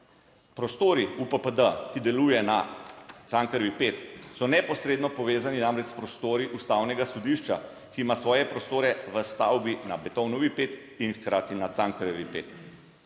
Prostori UPPD, ki deluje na Cankarjevi 5 so neposredno povezani namreč s prostori ustavnega sodišča, ki ima svoje prostore v stavbi na Beethovnovi 5 in hkrati na Cankarjevi 5.